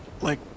Like-